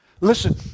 Listen